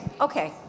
okay